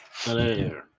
Hello